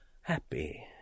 Happy